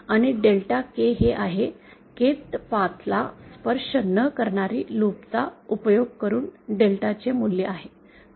आणि delta k हे आहे Kth पाथ ला स्पर्श न करणारी लूप चा उपयोग करून डेल्टा चे मूल्य आहे